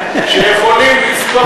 שמעטים חברי הכנסת שיכולים לזקוף,